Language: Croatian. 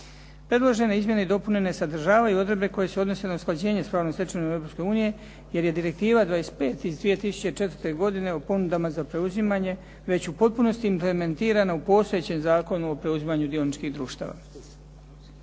Predložene izmjene i dopune ne sadržavaju odredbe koje se odnose na usklađenje s pravnom stečevinom Europske unije jer je Direktiva 25 iz 2004. godine o ponudama za preuzimanje, već u potpunosti implementirana u postojećem Zakonu o preuzimanju dioničkih društava.